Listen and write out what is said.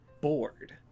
bored